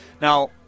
now